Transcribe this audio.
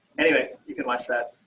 anyway, you can watch that.